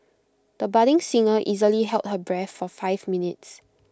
the budding singer easily held her breath for five minutes